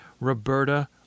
Roberta